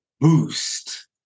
boost